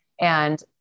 and-